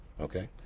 okay.